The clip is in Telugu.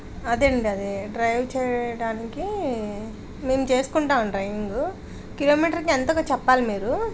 అదేండి అదే డ్రైవ్ చేయడానికి మేము చేసుకుంటాం డ్రైవింగు కిలోమీటర్కి ఎంతకో చెప్పాలి మీరు